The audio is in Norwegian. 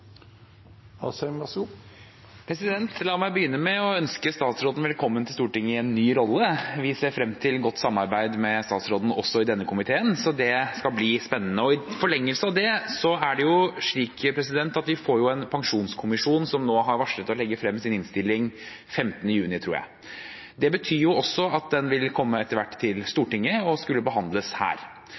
ser frem til godt samarbeid med statsråden også i denne komiteen, så det skal bli spennende. I forlengelsen av det er det jo slik at vi har et pensjonsutvalg, som har varslet at de skal legge frem sin innstilling 15. juni. Det betyr at dette etter hvert vil komme til Stortinget og skal behandles her.